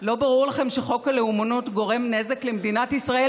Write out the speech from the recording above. לא ברור לכם שחוק הלאומנות גורם נזק למדינת ישראל